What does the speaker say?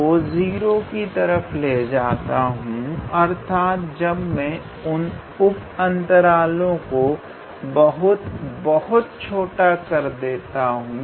को 0 की तरफ ले जाता हूं तो अर्थात जब मे उपअंतरालो को बहुत बहुत छोटा कर देता हूं